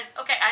Okay